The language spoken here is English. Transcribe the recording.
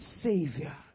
Savior